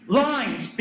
lines